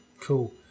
Cool